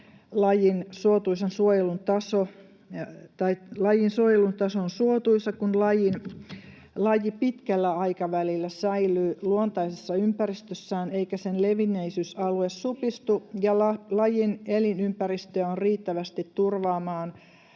”lajin suojelun taso on suotuisa, kun laji pitkällä aikavälillä säilyy luontaisessa ympäristössään eikä sen levinneisyysalue supistu ja lajin elinympäristöjä on riittävästi turvaamaan